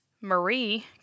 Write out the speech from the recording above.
Marie